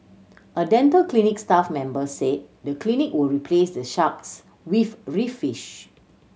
a dental clinic staff member said the clinic would replace the sharks with reef fish